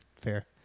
Fair